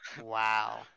Wow